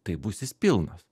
tai bus jis pilnas